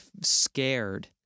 scared